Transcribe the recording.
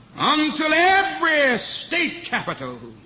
until every state capitol